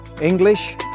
English